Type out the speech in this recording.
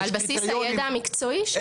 על בסיס הידע המקצועי שלו.